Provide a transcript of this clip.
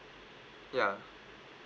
ya